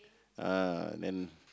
ah then